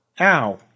Ow